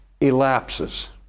elapses